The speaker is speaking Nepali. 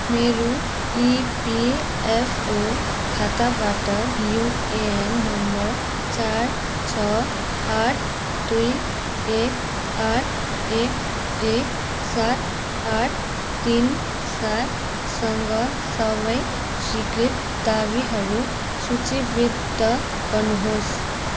मेरो इपिएफओ खाताबाट युएएन नम्बर चार छ आठ दुई एक आठ एक एक सात आठ तिन सात सँग सबै स्वीकृत दावीहरू सूचीबद्ध गर्नुहोस्